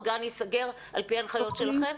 הגן ייסגר על פי הנחיות שלכם?